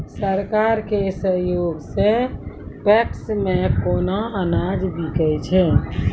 सरकार के सहयोग सऽ पैक्स मे केना अनाज बिकै छै?